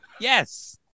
Yes